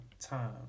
time